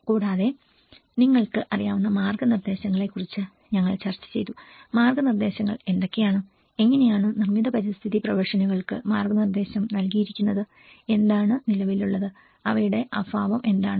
കൂടാതെ നിങ്ങൾക്ക് അറിയാവുന്ന മാർഗ്ഗനിർദ്ദേശങ്ങളെക്കുറിച്ച് ഞങ്ങൾ ചർച്ചചെയ്തു മാർഗ്ഗനിർദ്ദേശങ്ങൾ എന്തൊക്കെയാണ് എങ്ങനെയാണ് നിർമ്മിത പരിസ്ഥിതി പ്രൊഫഷനുകൾക്ക് മാർഗ്ഗനിർദ്ദേശം നൽകിയിരിക്കുന്നത് എന്താണ് നിലവിലുള്ളത് അവയുടെ അഭാവം എന്താണ്